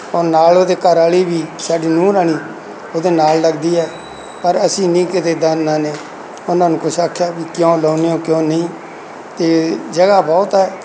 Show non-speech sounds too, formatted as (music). ਉਹ ਨਾਲ ਉਹਦੇ ਘਰਵਾਲੀ ਵੀ ਸਾਡੀ ਨੂੰਹ ਰਾਣੀ ਉਹਦੇ ਨਾਲ ਲੱਗਦੀ ਹੈ ਪਰ ਅਸੀਂ ਨਹੀਂ ਕਿਤੇ (unintelligible) ਨੇ ਉਹਨਾਂ ਨੂੰ ਕੁਝ ਆਖਿਆ ਵੀ ਕਿਉਂ ਲਾਉਂਦੇ ਹੋ ਕਿਉਂ ਨਹੀਂ ਅਤੇ ਜਗ੍ਹਾ ਬਹੁਤ ਹੈ